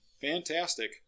Fantastic